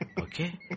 okay